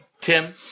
Tim